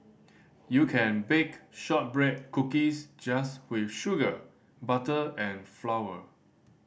you can bake shortbread cookies just with sugar butter and flour